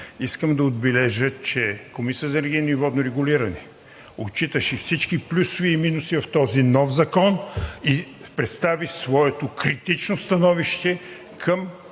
искам да отбележа, че Комисията за енергийно и водно регулиране отчиташе всички плюсове и минуси в този нов закон и представи своето критично становище към